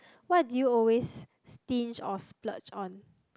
what do you always stinge or splurge on